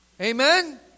Amen